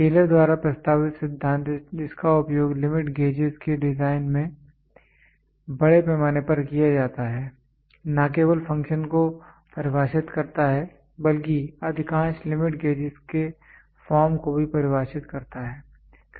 Taylor द्वारा प्रस्तावित सिद्धांत जिसका उपयोग लिमिट गेजेस के डिज़ाइन में बड़े पैमाने पर किया जाता है न केवल फ़ंक्शन को परिभाषित करता है बल्कि अधिकांश लिमिट गेजेस के फार्म को भी परिभाषित करता है